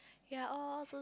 ya all